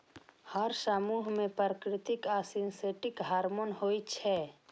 हर समूह मे प्राकृतिक आ सिंथेटिक हार्मोन होइ छै